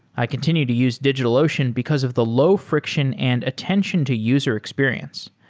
i continue to use digitalocean because of the low friction and attention to user experience.